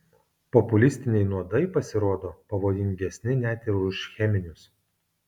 populistiniai nuodai pasirodo pavojingesni net ir už cheminius